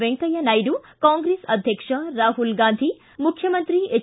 ವೆಂಕಯ್ಯ ನಾಯ್ಡು ಕಾಂಗ್ರೆಸ್ ಅಧ್ಯಕ್ಷ ರಾಹುಲ್ ಗಾಂಧಿ ಮುಖ್ಯಮಂತ್ರಿ ಎಚ್